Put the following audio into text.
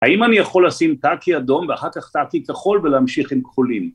‫האם אני יכול לשים טאקי אדום ‫ואחר כך טאקי כחול ולהמשיך עם כחולים?